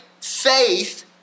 Faith